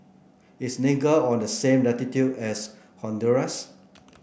is Niger on the same latitude as Honduras